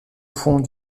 fond